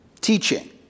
teaching